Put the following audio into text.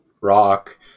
Rock